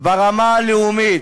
ברמה הלאומית.